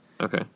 Okay